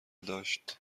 داشت